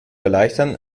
erleichtern